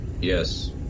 Yes